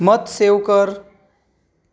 मत सेव कर